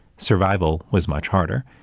survival was much harder.